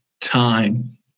time